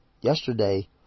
Yesterday